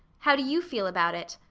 how do you feel about it?